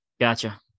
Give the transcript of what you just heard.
Gotcha